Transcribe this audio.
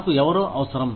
నాకు ఎవరో అవసరం